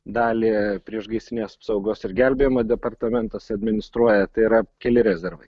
dalį priešgaisrinės apsaugos ir gelbėjimo departamentas administruoja tai yra keli rezervai